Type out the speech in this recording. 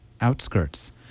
Outskirts